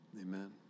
Amen